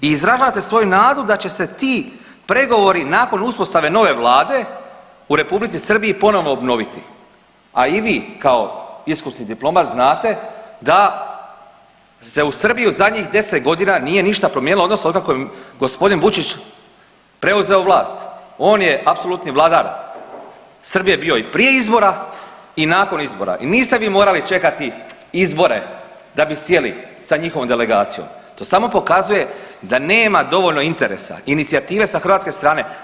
I izražavate svoju nadu da će se ti pregovori nakon uspostave nove Vlade u R. Srbiji ponovno obnoviti, a i vi kao iskusni diplomat znate da se u Srbiji u zadnjih 10 godina nije ništa promijenilo, odnosno od kako je g. Vučić preuzeo vlast, on je apsolutni vladar Srbije bio i prije izbora i nakon izbora i niste vi morali čekati izbore da bi sjeli sa njihovom delegacijom, to samo pokazuje da nema dovoljno interesa, inicijative sa hrvatske strane.